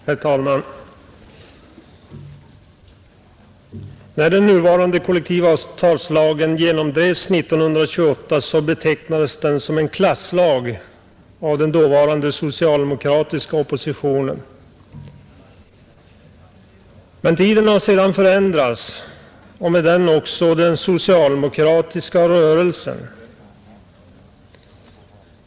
Herr talman! När den nuvarande kollektivavtalslagen genomdrevs år 1928 betecknades den som en klasslag av den dåvarande socialdemokratiska oppositionen. Men tiden har förändrats och med den också den socialdemokratiska rörelsen.